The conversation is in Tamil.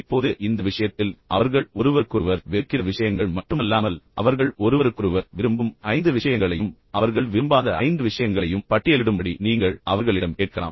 இப்போது இந்த விஷயத்தில் அவர்கள் ஒருவருக்கொருவர் வெறுக்கிற விஷயங்கள் மட்டுமல்லாமல் அவர்கள் ஒருவருக்கொருவர் விரும்பும் 5 விஷயங்களையும் அவர்கள் விரும்பாத 5 விஷயங்களையும் பட்டியலிடும்படி நீங்கள் அவர்களிடம் கேட்கலாம்